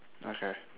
okay